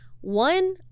one